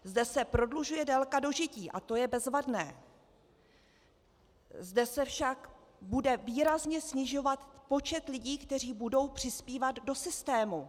Zde se prodlužuje délka dožití, a to je bezvadné, zde se však bude výrazně snižovat počet lidí, kteří budou přispívat do systému.